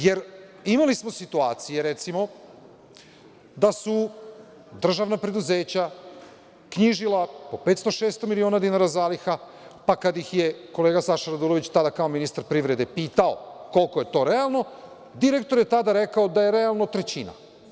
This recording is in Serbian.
Jer, imali smo situacije recimo, da su državna preduzeća knjižila po 500, 600 miliona dinara zaliha, pa kada ih je kolega Saša Radulović tada kao ministar privrede pitao – koliko je to realno, direktor je tada rekao da je realno trećina.